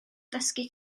dysgu